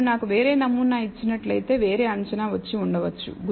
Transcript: మీరు నాకు వేరే నమూనా ఇచ్చినట్లయితే వేరే అంచనా వచ్చి ఉండొచ్చు